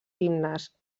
himnes